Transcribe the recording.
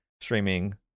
streaming